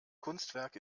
kunstwerk